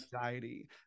anxiety